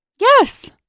Yes